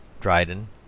dryden